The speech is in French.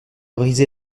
brisé